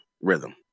rhythm